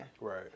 Right